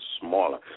smaller